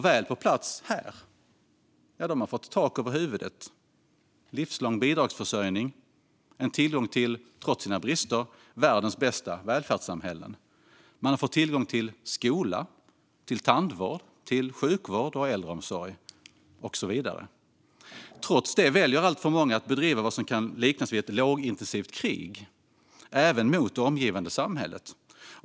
Väl på plats här har de fått tak över huvudet, livslång bidragsförsörjning och tillgång till - trots dess brister - ett av världens bästa välfärdssamhällen. De har fått tillgång till skola, tandvård, sjukvård, äldreomsorg och så vidare. Trots det väljer alltför många att bedriva vad som kan liknas vid ett lågintensivt krig, även mot det omgivande samhället.